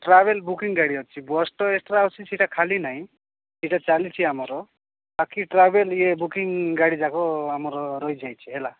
travel booking ଗାଡ଼ି ଅଛି bus ତ ଏକ୍ସଟ୍ରା ଅଛି ସେ ଖାଲି ନାହିଁ ସେଇଟା ଚାଲିଛି ଆମର ବାକି ଟ୍ରାଭେଲ୍ ବୁକିଂ ଗାଡ଼ିଯାକ ଆମର ରହିଯାଇଛି ହେଲା